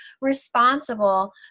responsible